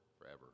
forever